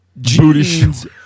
jeans